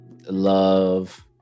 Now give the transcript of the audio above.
love